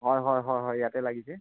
হয় হয় হয় হয় ইয়াতে লাগিছে